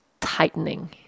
tightening